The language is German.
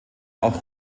auch